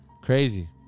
crazy